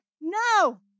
No